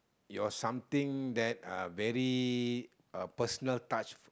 your something that are very uh personal touch